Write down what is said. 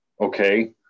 okay